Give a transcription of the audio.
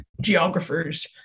geographers